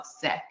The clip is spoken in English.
sick